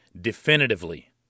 definitively